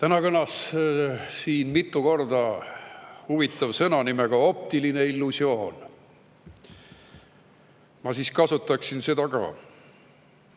Täna kõlas siin mitu korda huvitav sõna "optiline illusioon". Ma siis kasutaksin ka